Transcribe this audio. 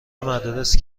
مدارس